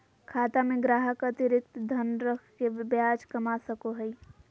खाता में ग्राहक अतिरिक्त धन रख के ब्याज कमा सको हइ